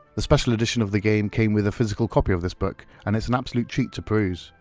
the special edition of the game came with a physical copy of this book, and it's an absolute treat to peruse.